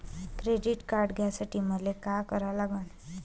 Credit card घ्यासाठी मले का करा लागन?